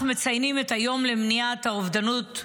אנחנו מציינים את היום למניעת האובדנות.